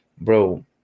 bro